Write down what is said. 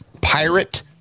pirate